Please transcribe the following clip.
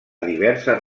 diverses